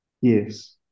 Yes